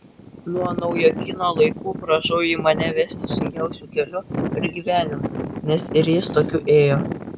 nuo naujokyno laikų prašau jį mane vesti sunkiausiu keliu per gyvenimą nes ir jis tokiu ėjo